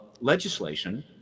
legislation